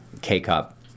K-cup